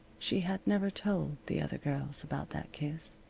she had never told the other girls about that kiss.